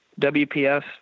WPS